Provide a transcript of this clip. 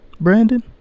Brandon